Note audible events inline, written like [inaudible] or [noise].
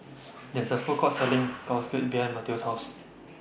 There IS A Food Court Selling [noise] Sauerkraut behind Matteo's House